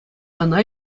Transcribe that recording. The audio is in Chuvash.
ӑна